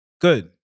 Good